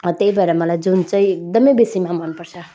र त्यही भएर मलाई जुन चाहिँ एकदमै बेसीमा मनपर्छ